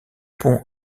pont